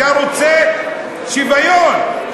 אתה רוצה שוויון,